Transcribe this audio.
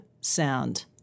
sound